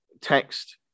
text